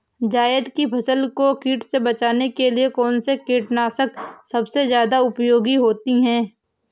जायद की फसल को कीट से बचाने के लिए कौन से कीटनाशक सबसे ज्यादा उपयोगी होती है?